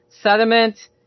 sediment